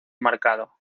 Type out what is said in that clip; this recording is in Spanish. marcado